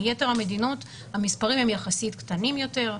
מיתר המדינות המספרים הם יחסית קטנים יותר.